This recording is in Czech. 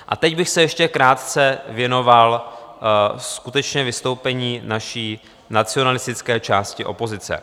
A teď bych se ještě krátce věnoval skutečně vystoupení naší nacionalistické části opozice.